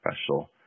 Special